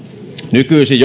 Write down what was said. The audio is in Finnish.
nykyisin